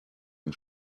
and